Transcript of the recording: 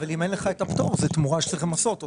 אבל אם אין את הפטור אז מדובר בתמורה שצריך למסות.